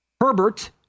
Herbert